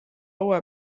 uue